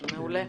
מעולה.